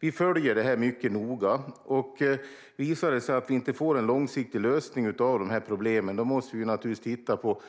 Vi följer det här mycket noga, och visar det sig att vi inte får en långsiktig lösning på problemen måste vi naturligtvis titta på